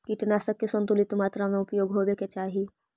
कीटनाशक के संतुलित मात्रा में उपयोग होवे के चाहि